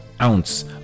ounce